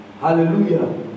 Hallelujah